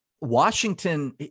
Washington